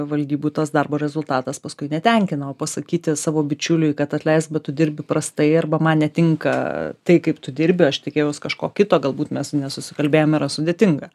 valdybų tas darbo rezultatas paskui netenkina o pasakyti savo bičiuliui kad atleisk bet tu dirbi prastai arba man netinka tai kaip tu dirbi aš tikėjaus kažko kito galbūt mes nesusikalbėjom yra sudėtinga